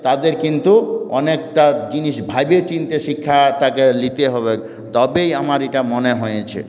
তাদের কিন্তু অনেকটা জিনিস ভেবেচিন্তে শিক্ষাটাকে নিতে হবে তবেই আমার এটা মনে হয়েছে